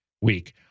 week